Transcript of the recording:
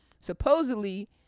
supposedly